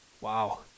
Wow